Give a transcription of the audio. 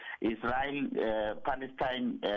Israel-Palestine